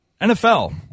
NFL